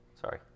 Sorry